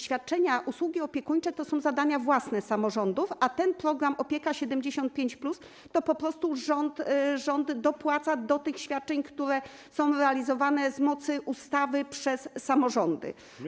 Świadczenia, usługi opiekuńcze to są zadania własne samorządów, a program „Opieka 75+” polega po prostu na tym, że rząd dopłaca do tych świadczeń, które są realizowane z mocy ustawy przez samorządy.